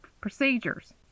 procedures